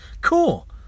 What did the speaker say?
cool